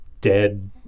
dead